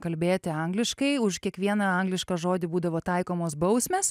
kalbėti angliškai už kiekvieną anglišką žodį būdavo taikomos bausmės